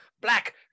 black